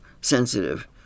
sensitive